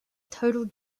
total